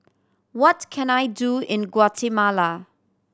what can I do in Guatemala